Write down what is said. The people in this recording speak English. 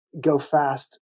go-fast